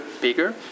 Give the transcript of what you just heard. bigger